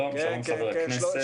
שלום חבר הכנסת.